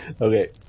Okay